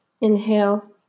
inhale